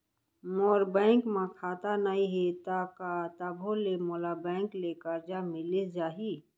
मोर bank म खाता नई हे त का तभो ले मोला बैंक ले करजा मिलिस जाही?